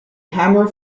hammer